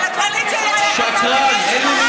פשוט שקרן.